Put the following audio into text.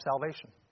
salvation